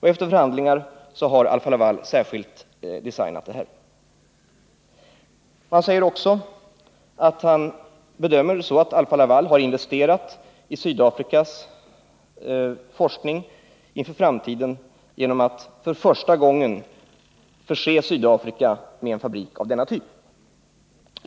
Efter förhandlingar har Alfa-Laval särskilt designat detta. Han bedömer det också så att Alfa-Laval har investerat i Sydafrikas forskning inför framtiden genom att för första gången förse Sydafrika med en fabrik av denna typ.